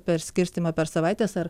perskirstymą per savaites ar